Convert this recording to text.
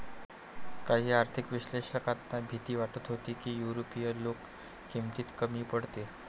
काही आर्थिक विश्लेषकांना भीती वाटत होती की युरोपीय लोक किमतीत कमी पडतील